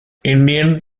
indian